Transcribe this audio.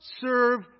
serve